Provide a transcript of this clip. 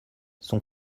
son